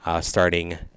starting